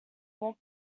more